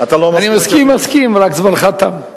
אני מסכים, מסכים, רק זמנך תם.